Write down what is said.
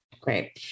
Great